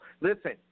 Listen